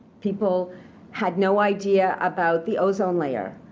people had no idea about the ozone layer.